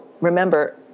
remember